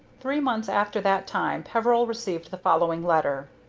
three months after that time peveril received the following letter